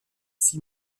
six